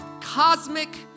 cosmic